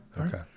Okay